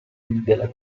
della